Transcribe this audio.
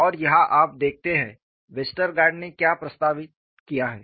और यहाँ आप देखते हैं वेस्टरगार्ड ने क्या प्रस्तावित किया है